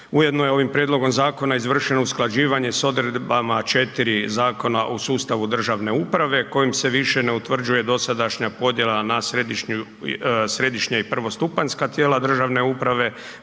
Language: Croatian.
Ujedno je ovim prijedlogom zakona izvršeno usklađivanje sa odredbama 4 zakona u sustavu državne uprave kojim se više ne utvrđuje dosadašnja podjela na središnje i prvostupanjska tijela državne uprave